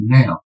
now